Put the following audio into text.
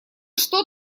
что